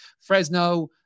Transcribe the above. Fresno